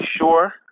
sure